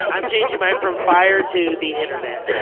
i'm changing mine from fire to the internet.